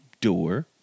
door